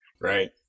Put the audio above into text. Right